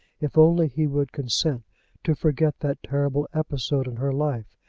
if only he would consent to forget that terrible episode in her life,